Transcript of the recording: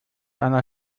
einer